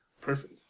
Perfect